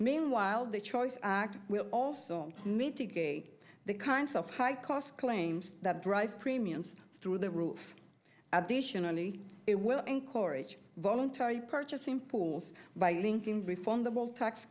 meanwhile the choice act will also need to gate the kinds of high cost claims that drive premiums through the roof additionally it will encourage voluntary purchasing pools by linking ref